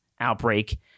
outbreak